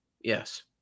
Yes